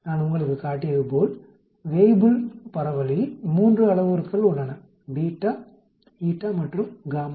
நான் உங்களுக்கு காட்டியதுபோல வேய்புல் பரவலில் 3 அளவுருக்கள் உள்ளன β η மற்றும் γ